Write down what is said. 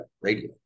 radio